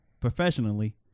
professionally